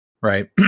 Right